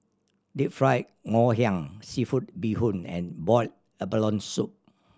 Deep Fried Ngoh Hiang seafood bee hoon and boiled abalone soup